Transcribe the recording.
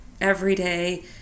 everyday